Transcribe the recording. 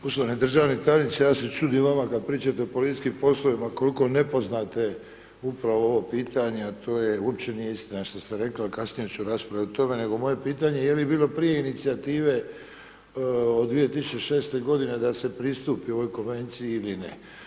Poštovani državni tajniče, ja se čudim vama kad pričate o policijskim poslovima koliko ne poznate upravo ovo pitanje, a to uopće nije istina što ste rekli, ali kasnije ću raspravljati o tome, nego moje pitanje je li bilo prije inicijative od 2006. godine da se pristupi ovoj konvenciji ili ne?